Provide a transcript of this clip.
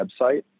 website